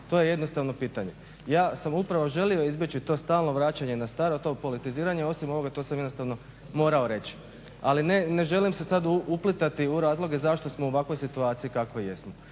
to je jednostavno pitanje. Ja sam upravo želio izbjeći to stalno vraćanje na staro, to politiziranje osim ovoga to sam jednostavno morao reći. Ali ne želim se sad uplitati u razloge zašto smo u ovakvoj situaciji kakvoj jesmo.